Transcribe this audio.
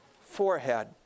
forehead